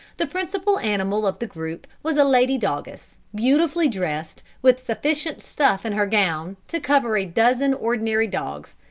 the principal animal of the group was a lady doggess, beautifully dressed, with sufficient stuff in her gown to cover a dozen ordinary dogs,